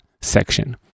section